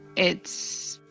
it's